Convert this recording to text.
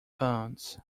ponds